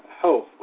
health